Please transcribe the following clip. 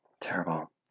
Terrible